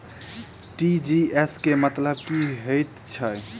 TGS केँ मतलब की हएत छै?